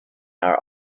are